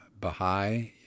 Baha'i